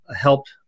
helped